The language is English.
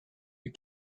you